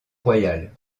royal